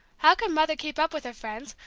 how could mother keep up with her friends,